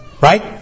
Right